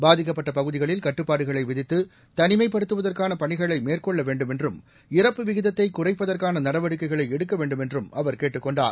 பாதிக்கப்பட்ட பகுதிகளில் கட்டுப்பாடுகளை விதித்து தனிமைப்படுத்துவதற்கான பணிகளை மேற்கொள்ள வேண்டுமென்றும் இறப்பு விகிதத்தை குறைப்பதற்கான நடவடிக்கைகளை எடுக்க வேண்டுமென்றும் அவர் கேட்டுக் கொண்டார்